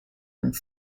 and